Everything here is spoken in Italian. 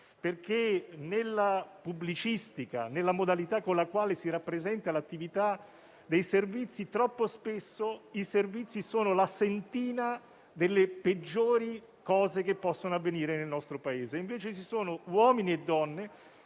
perché, nella pubblicistica e nella modalità con la quale si rappresenta l'attività dei Servizi, troppo spesso questi sono la sentina delle peggiori cose che possono avvenire nel nostro Paese, quando invece ci sono uomini e donne